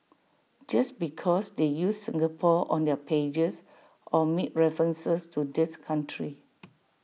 just because they use Singapore on their pages or make references to this country